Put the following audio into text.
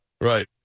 Right